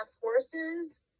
horses